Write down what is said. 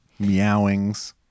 meowings